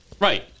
Right